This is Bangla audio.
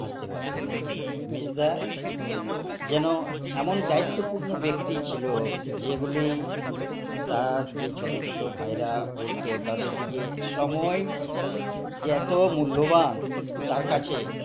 আসতে বাধ্য করেছে মেজদা যেন এমন দায়িত্বপূর্ণ ব্যক্তি ছিলো যেগুলি তার যে ছোটো ছোটো ভাইরা পড়তো তাদের দিকে সময় যে এতো মূল্যবান তার কাছে